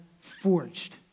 forged